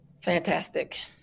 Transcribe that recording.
Fantastic